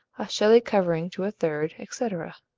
a shelly covering to a third, etc.